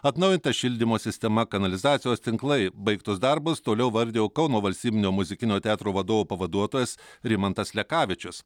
atnaujinta šildymo sistema kanalizacijos tinklai baigtus darbus toliau vardijo kauno valstybinio muzikinio teatro vadovo pavaduotojas rimantas lekavičius